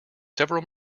several